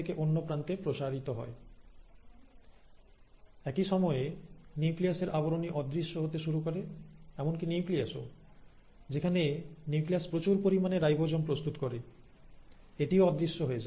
একই সময়ে নিউক্লিয়াসের আবরণী অদৃশ্য হতে শুরু করে এমনকি নিউক্লিয়াসও যেখানে নিউক্লিয়াস প্রচুর পরিমাণে রাইবোজোম প্রস্তুত করে এটিও অদৃশ্য হয়ে যায় একই সময়ে নিউক্লিয়াসের আবরণী অদৃশ্য হতে শুরু করে এমনকি নিউক্লিওলাস যে বিভাগে নিউক্লিয়াস প্রচুর পরিমাণে রাইবোজোম প্রস্তুত করে সেটিও অদৃশ্য হতে থাকে